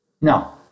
No